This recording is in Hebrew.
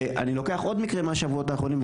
ואני לוקח עוד מקרה מהשבועות האחרונים,